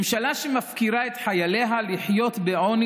ממשלה שמפקירה את חייליה לחיות בעוני